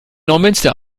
neumünster